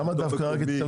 למה רק כלכליסט?